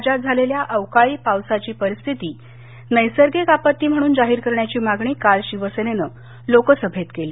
राज्यात झालेल्या अवकाळी पावसाची परिस्थिती नैसर्गिक आपत्ती म्हणून जाहीर करण्याची मागणी काल शिवसेनेनं लोकसभेत केली